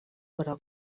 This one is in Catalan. groc